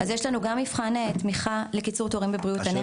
יש לנו מבחן תמיכה לקיצור תורים בבריאות הנפש.